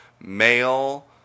male